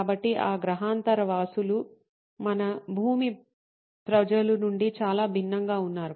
కాబట్టి ఆ గ్రహాంతర వాసులు మన భూమి ప్రజలు నుండి చాలా భిన్నంగా ఉన్నారు